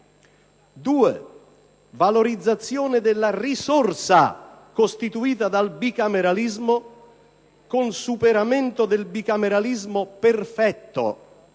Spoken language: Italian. valorizzazione della risorsa costituita dal bicameralismo, con superamento del bicameralismo perfetto,